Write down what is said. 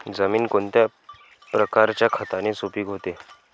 जमीन कोणत्या प्रकारच्या खताने सुपिक होते?